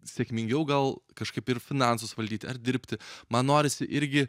sėkmingiau gal kažkaip ir finansus valdyti ar dirbti man norisi irgi